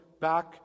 back